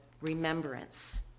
remembrance